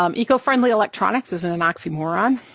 um eco-friendly electronics isn't an oxymoron,